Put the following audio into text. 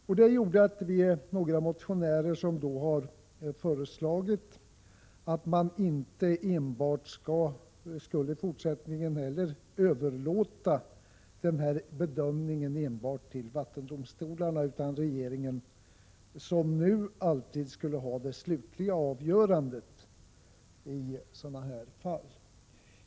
Det har gjort att vi motionärer har föreslagit att man inte skulle överlåta bedömningen till enbart vattendomstol utan att regeringen som hittills alltid skulle ha det slutgiltiga avgörandet i sådana här fall.